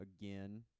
again